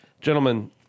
gentlemen